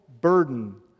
burden